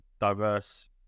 diverse